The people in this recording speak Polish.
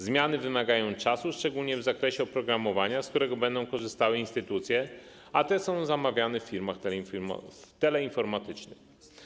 Zmiany wymagają czasu, szczególnie w zakresie oprogramowania, z którego będą korzystały instytucje, a te są zamawiane w firmach teleinformatycznych.